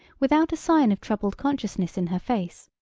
without a sign of troubled consciousness in her face,